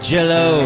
Jello